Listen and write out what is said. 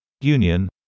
union